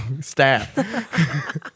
staff